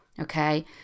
Okay